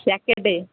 packet